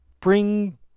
bring